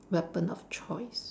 weapon of choice